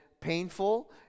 painful